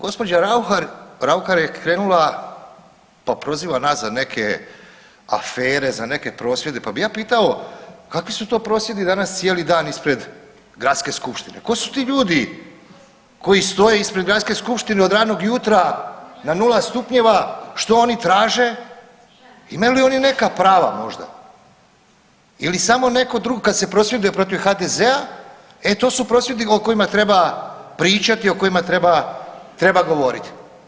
Gđa. Rauhar, Raukar je krenula pa proziva nas za neke afere, za neke prosvjede, pa bi ja pitao kakvi su to prosvjedi danas cijeli dan ispred gradske skupštine, tko su ti ljudi koji stoje ispred gradske skupštine od ranog jutra na nula stupnjeva, što oni traže, imaju li oni neka prava možda ili samo neko, kad se prosvjeduje protiv HDZ-a, e to su prosvjedi o kojima treba pričati, o kojima treba, treba govorit.